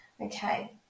Okay